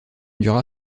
dura